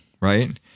right